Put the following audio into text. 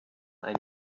ein